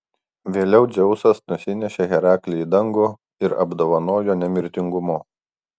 vėliau dzeusas nusinešė heraklį į dangų ir apdovanojo nemirtingumu